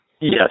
Yes